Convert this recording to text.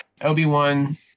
Obi-Wan